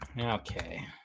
okay